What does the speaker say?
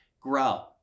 grow